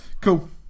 Cool